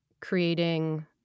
creating